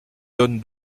donne